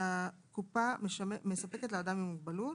שהקופה מספקת לאדם עם מוגבלות.